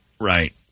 Right